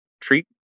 Treat